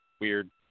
weird